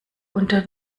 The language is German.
unter